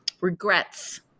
regrets